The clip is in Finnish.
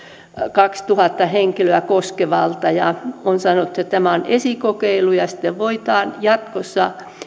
kahtatuhatta henkilöä koskeva ryhmä ja on sanottu että tämä on esikokeilu ja sitten voidaan jatkossa